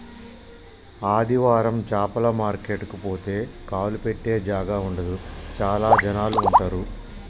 ఆదివారం చాపల మార్కెట్ కు పోతే కాలు పెట్టె జాగా ఉండదు చాల జనాలు ఉంటరు